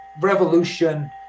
revolution